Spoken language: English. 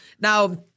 Now